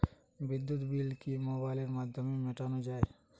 বিদ্যুৎ বিল কি মোবাইলের মাধ্যমে মেটানো য়ায়?